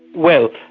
well,